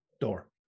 door